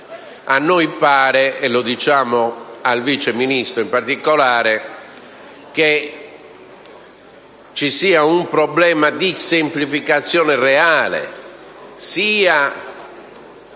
a noi pare - e lo diciamo al Vice Ministro, in particolare - che ci sia un problema di semplificazione reale sia